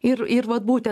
ir ir vat būtent